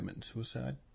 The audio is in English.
suicide